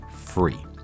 free